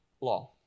law